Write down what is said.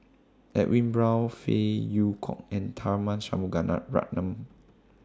Edwin Brown Phey Yew Kok and Tharman